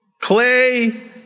Clay